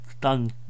done